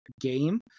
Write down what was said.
game